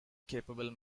capable